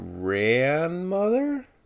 Grandmother